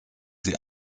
sie